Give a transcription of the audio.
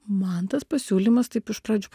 man tas pasiūlymas taip iš pradžių